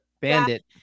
Bandit